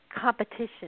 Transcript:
competition